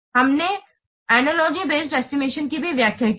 हमने अनलॉय based estimation की भी व्याख्या की है